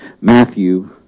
Matthew